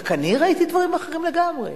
רק אני ראיתי דברים אחרים לגמרי?